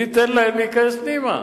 ניתן להן להיכנס פנימה.